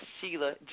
sheila